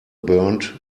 burnt